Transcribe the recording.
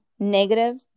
negative